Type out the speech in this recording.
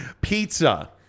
Pizza